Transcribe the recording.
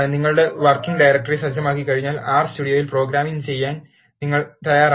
നിങ്ങൾ working directory സജ്ജമാക്കിയുകഴിഞ്ഞാൽ R സ്റ്റുഡിയോയിൽ പ്രോഗ്രാം ചെയ്യാൻ നിങ്ങൾ തയ്യാറാണ്